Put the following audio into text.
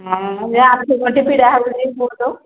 ହଁ ମୁଁ ଯେ ଆଣ୍ଠୁ ଗଣ୍ଠି ପୀଡ଼ା ହେଉଛି ତ